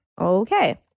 okay